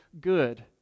good